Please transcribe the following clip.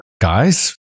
Guys